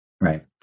Right